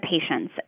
patients